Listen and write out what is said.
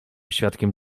świadkiem